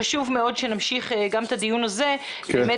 חשוב מאוד שנמשיך גם את הדיון הזה במסגרת